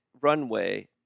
runway